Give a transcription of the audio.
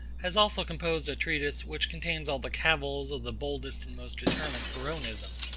has also composed a treatise, which contains all the cavils of the boldest and most determined pyrrhonism.